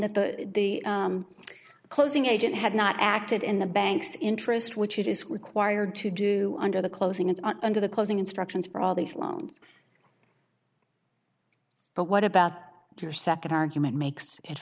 that the closing agent had not acted in the bank's interest which it is required to do under the closing and under the closing instructions for all these loans but what about your second argument makes it